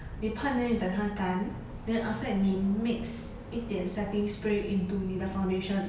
你喷 then 你等它干 then after that 你 mix 一点 setting spray into 你的 foundation